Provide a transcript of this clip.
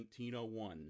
1901